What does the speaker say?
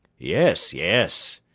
yes, yes!